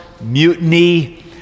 mutiny